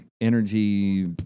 energy